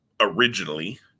originally